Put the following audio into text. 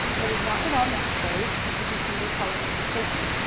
it is not at all necessary that he should receive a college education.